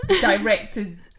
directed